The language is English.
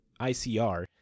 ICR